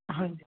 ਹਾਂਜੀ